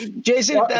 Jason